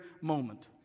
moment